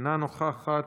אינה נוכחת,